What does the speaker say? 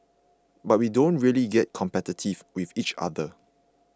but we don't really get competitive with each other